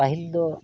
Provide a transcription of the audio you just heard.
ᱯᱟᱹᱦᱤᱞ ᱫᱚ